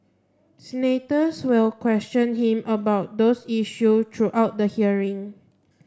senators will question him about those issue throughout the hearing